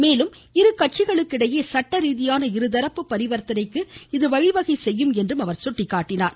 மேலும் இரு கட்சிகளுக்கிடையே சட்டரீதியான இருதரப்பு பரிவர்த்தனைக்கு இதுவழிவகை செய்யும் என்றார்